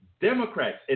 democrats